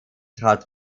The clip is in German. trat